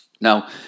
Now